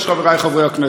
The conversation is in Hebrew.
חבריי חברי הכנסת,